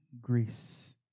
grace